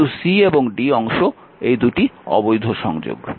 কিন্তু এবং অংশ দুটি অবৈধ সংযোগ